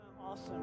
Awesome